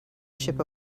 ship